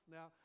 Now